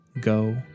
Go